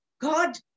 God